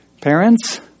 Parents